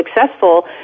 successful